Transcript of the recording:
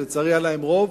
ולצערי היה להם רוב,